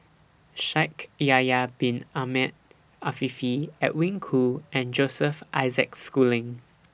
Shaikh Yahya Bin Ahmed Afifi Edwin Koo and Joseph Isaac Schooling